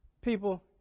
people